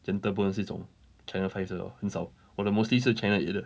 gentle bones 这种 channel five 这种很少我的 mostly 是 channel eight 的